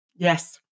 Yes